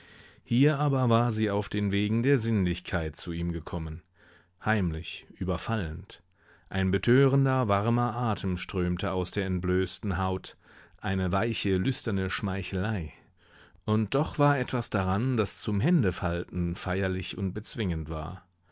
hier aber war sie auf den wegen der sinnlichkeit zu ihm gekommen heimlich überfallend ein betörender warmer atem strömte aus der entblößten haut eine weiche lüsterne schmeichelei und doch war etwas daran das zum händefalten feierlich und bezwingend war